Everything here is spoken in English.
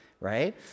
right